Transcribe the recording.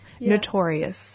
notorious